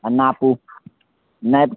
आ नापू नापि